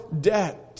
debt